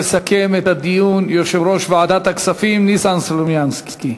יסכם את הדיון יושב-ראש ועדת הכספים ניסן סלומינסקי.